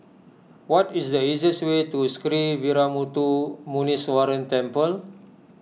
what is the easiest way to Sree Veeramuthu Muneeswaran Temple